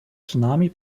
tsunami